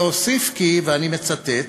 והוסיף, ואני מצטט,